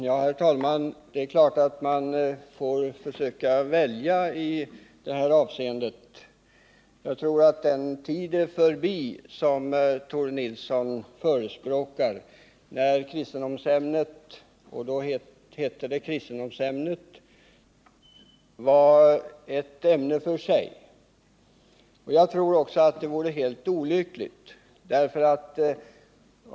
Herr talman! Man får naturligtvis försöka välja i det här avseendet. Jag tror att den tid är förbi som Tore Nilsson förespråkar, när kristendomsämnet — då hette det så — var ett ämne för sig. Jag tror också att det vore helt olyckligt om den kom igen.